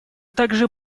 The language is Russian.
также